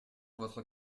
votre